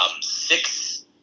six